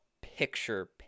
picture